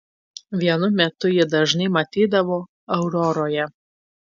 vienu metu jį dažnai matydavau auroroje